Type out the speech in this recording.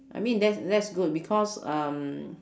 I mean tha~ that's good because um